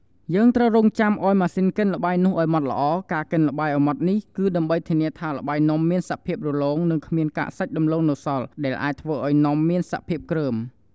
យើងត្រូវរង់ចាំឱ្យម៉ាស៊ីនកិនល្បាយនោះឱ្យម៉ត់ល្អ ការកិនល្បាយឱ្យម៉ត់នេះ គឺដើម្បីធានាថាល្បាយនំមានសភាពរលោង និងគ្មានកាកសាច់ដំឡូងនៅសល់ ដែលអាចធ្វើឱ្យនំមានសភាពគ្រើម។